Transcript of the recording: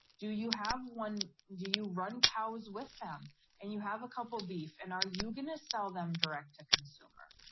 do you have one? do you run cows with them and you have a couple beef and are you gonna sell them direct to consumer?